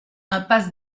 impasse